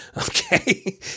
Okay